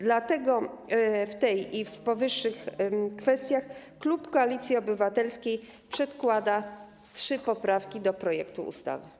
Dlatego w tej i w powyższych kwestiach klub Koalicji Obywatelskiej przedkłada trzy poprawki do projektu ustawy.